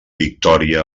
victòria